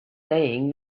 saying